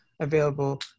available